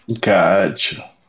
Gotcha